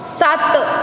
ਸੱਤ